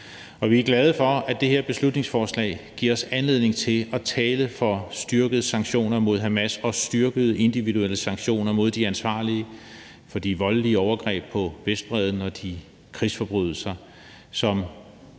vi er glade for, at det her beslutningsforslag giver os en anledning til at tale for styrkede sanktioner mod Hamas og styrkede individuelle sanktioner mod de ansvarlige for de voldelige overgreb på Vestbredden og de krigsforbrydelser,